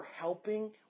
helping